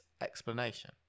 explanation